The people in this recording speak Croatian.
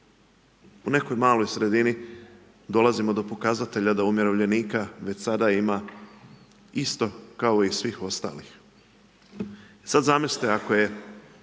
U nekoj maloj sredini dolazimo do pokazatelja da umirovljenika već sada ima isto kao i svih ostalih. Sad zamislite ako je